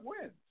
wins